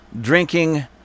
drinking